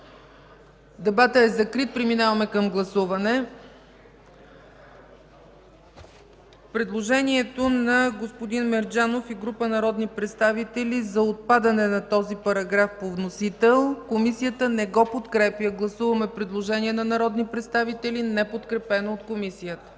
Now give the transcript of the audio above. Дебатът е закрит. Преминаваме към гласуване. Има предложение от народния представител Атанас Мерджанов и група народни представители за отпадане на този параграф по вносител. Комисията не го подкрепя. Гласуваме предложението на народни представители, неподкрепено от Комисията.